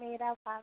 मेरे पास